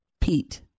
Pete